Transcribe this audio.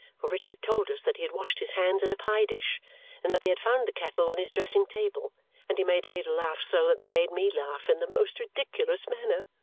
for richard told us that he had washed his hands in a pie-dish and that they had found the kettle on his dressing-table, and he made ada laugh so that they made me laugh in the most ridiculous manner.